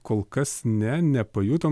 kol kas ne nepajutom